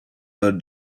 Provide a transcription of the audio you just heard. her